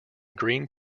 greene